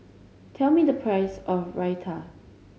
tell me the price of Raita